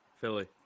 Philly